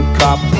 cop